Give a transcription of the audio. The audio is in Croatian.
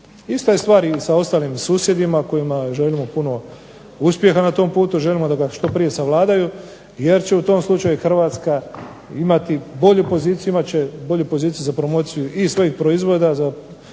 Ista je stvar i sa ostalim susjedima kojima želimo puno uspjeha na tom putu. Želimo da ga što prije savladaju jer će u tom slučaju Hrvatska imati bolju poziciju, imat će bolju poziciju za promociju i svojih proizvoda, za promociju